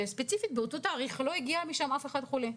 באותו תאריך לא הגיע משם אף אחד חולה.